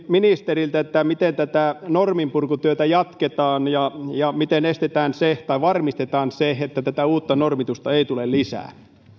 ministeriltä miten tätä norminpurkutyötä jatketaan ja ja miten varmistetaan se että uutta normitusta ei tule lisää